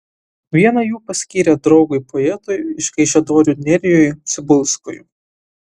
vieną jų paskyrė draugui poetui iš kaišiadorių nerijui cibulskui